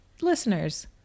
listeners